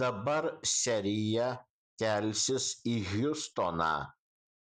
dabar serija kelsis į hjustoną